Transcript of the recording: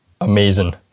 amazing